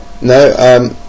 no